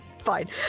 Fine